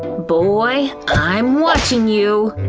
boy, i'm watching you!